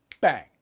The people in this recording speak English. bang